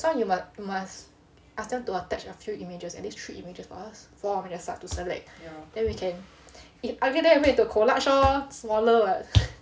that's why you must you must ask them to attach a few images at least three images or else for when they start to select then we can if ugly then we make into a collage lor smaller [what]